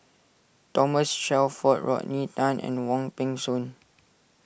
Thomas Shelford Rodney Tan and Wong Peng Soon